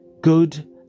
good